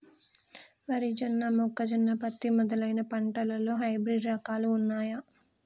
వరి జొన్న మొక్కజొన్న పత్తి మొదలైన పంటలలో హైబ్రిడ్ రకాలు ఉన్నయా?